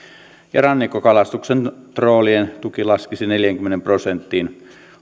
ja rannikkokalastuksen troolien tuki laskisi neljäänkymmeneen prosenttiin